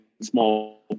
small